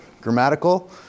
grammatical